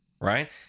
right